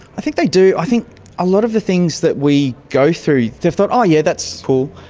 i think they do, i think a lot of the things that we go through, they've thought, oh yeah, that's cool,